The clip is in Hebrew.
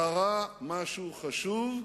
קרה משהו חשוב,